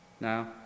Now